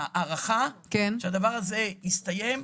ההערכה היא שהדבר הזה יסתיים,